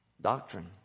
doctrine